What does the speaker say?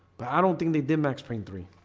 but i don't think they did max payne three